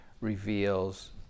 reveals